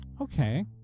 Okay